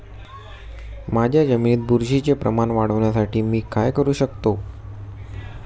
माझ्या जमिनीत बुरशीचे प्रमाण वाढवण्यासाठी मी काय करू शकतो?